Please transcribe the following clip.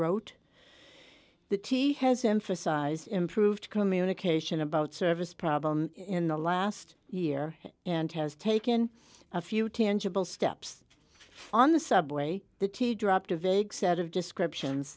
wrote the t has emphasized improved communication about service problem in the last year and has taken a few tangible steps on the subway the t dropped a vague set of descriptions